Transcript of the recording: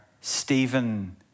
Stephen